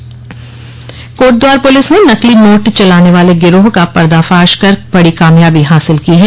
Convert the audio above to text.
पर्दाफाश कोटद्वार पुलिस ने नकली नोट चलाने वाले गिरोह का पर्दाफाश कर बड़ी कामयाबी हासिल की है